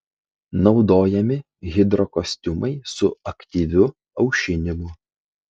naudojami hidrokostiumai su aktyviu aušinimu